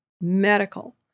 medical